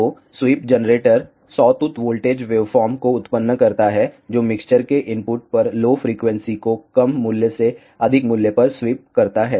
तो sweep generator sawtooth voltage waveform को उत्पन्न करता है जो मिक्सर के इनपुट पर लो फ्रिक्वेंसी को कम मूल्य से अधिक मूल्य पर स्वीप करता है